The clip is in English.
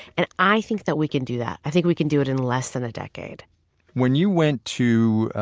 and i think that we can do that. i think we can do it in less than a decade when you went to